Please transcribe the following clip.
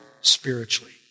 spiritually